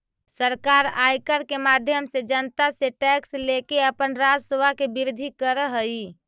सरकार आयकर के माध्यम से जनता से टैक्स लेके अपन राजस्व के वृद्धि करऽ हई